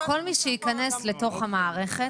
כל מי שייכנס לתוך המערכת,